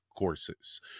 Courses